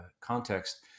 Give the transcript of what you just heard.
context